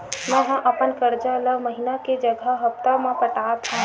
मेंहा अपन कर्जा ला महीना के जगह हप्ता मा पटात हव